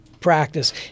practice